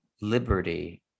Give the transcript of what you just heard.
liberty